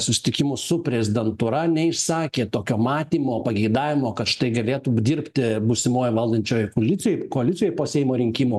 susitikimus su prezidentūra neišsakė tokio matymo pageidavimo kad štai galėtų dirbti būsimoj valdančiojoj koalicijoj koalicijoj po seimo rinkimų